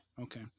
okay